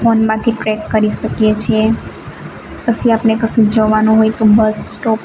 ફોનમાંથી track કરી શકીએ છીએ પછી આપણે કશું જવાનું હોય તો બસ સ્ટોપ